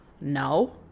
No